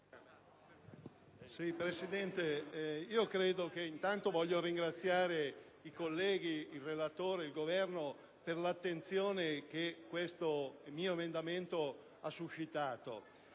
Presidente, voglio anzitutto ringraziare i colleghi, il relatore ed il Governo per l'attenzione che questo mio emendamento ha suscitato.